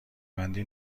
بندی